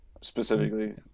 Specifically